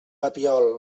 papiol